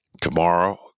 Tomorrow